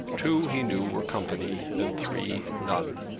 two, he knew, were company and three none.